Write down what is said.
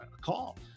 call